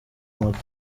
moto